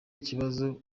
ikibazo